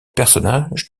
personnage